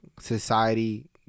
society